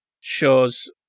shows